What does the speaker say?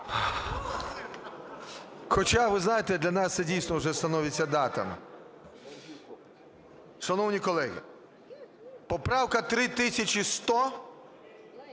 Хоча, ви знаєте, для нас це дійсно вже становиться датами. Шановні колеги, поправка 3100